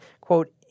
quote